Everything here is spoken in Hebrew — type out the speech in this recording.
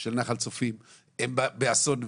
של נחל צפית, הן באסון ורסאי,